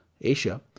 Asia